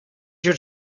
your